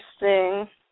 Interesting